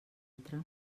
altra